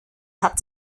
hat